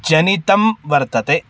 जनितं वर्तते